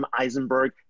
Eisenberg